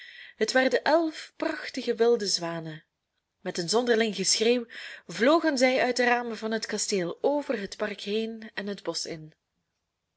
het werden elf prachtige wilde zwanen met een zonderling geschreeuw vlogen zij uit de ramen van het kasteel over het park heen en het bosch in